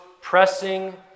pressing